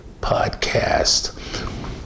podcast